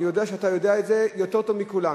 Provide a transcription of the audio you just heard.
אני יודע שאתה יודע את זה יותר טוב מכולנו.